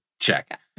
Check